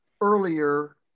earlier